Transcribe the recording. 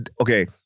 okay